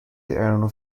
erano